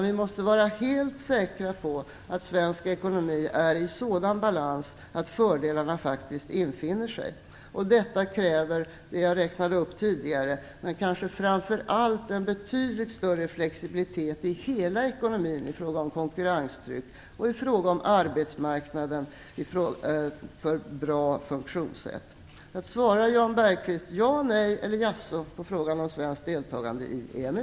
Vi måste vara helt säkra på att svensk ekonomi är i sådan balans att fördelarna faktiskt infinner sig. Detta kräver det jag räknade upp tidigare, men kanske framför allt en betydligt större flexibilitet i hela ekonomin i fråga om konkurrenstryck och i fråga om ett bra funktionssätt för arbetsmarknaden. Svarar Jan Bergqvist ja, nej eller vet inte på frågan om svenskt deltagande i EMU?